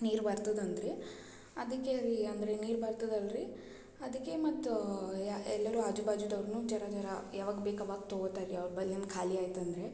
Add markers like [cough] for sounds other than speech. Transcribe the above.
ನೀರು ಬರ್ತದೆ ಅಂತ್ರಿ ಅದಕ್ಕೆ ರೀ ಅಂದರೆ ನೀರು ಬರ್ತದಲ್ಲಾ ರೀ ಅದಕ್ಕೆ ಮತ್ತು ಯಾ ಎಲ್ಲರು ಆಜು ಬಾಜುದವ್ರ್ನು [unintelligible] ಯಾವಾಗ ಬೇಕು ಆವಾಗ ತೊಗೊತಾರೆ ರೀ ಅವರು ಬಲ್ಲಿಂದ್ ಖಾಲಿ ಆಯ್ತು ಅಂದ್ರೆ